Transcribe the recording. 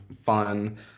fun